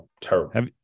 Terrible